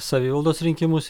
savivaldos rinkimus